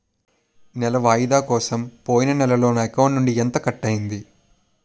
నెల వాయిదా కోసం పోయిన నెలలో నా అకౌంట్ నుండి ఎంత కట్ అయ్యింది?